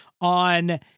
on